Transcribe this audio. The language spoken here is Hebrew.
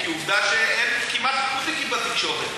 כי עובדה שאין כמעט ליכודניקים בתקשורת.